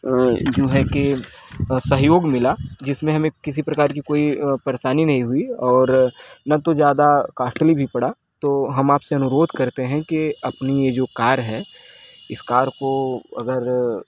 अ जो है कि अ सहयोग मिला जिसमें हमें किसी प्रकार की कोई अ परेशानी नहीं हुई और न तो ज्यादा कास्टली भी पड़ा तो हम आपसे अनुरोध करते हैं कि अपनी यह जो कार है इस कार को अगर